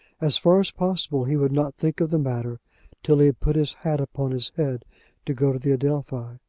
as far as possible he would not think of the matter till he had put his hat upon his head to go to the adelphi.